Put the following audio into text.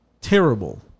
terrible